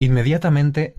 inmediatamente